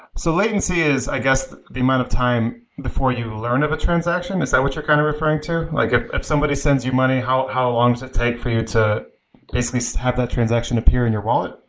so latency is, i guess, the amount of time before you learn of a transaction is that what you're kind of referring to? like ah if somebody send you money, how how long does it take for you to basically have that transaction appear in your wallet?